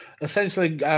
essentially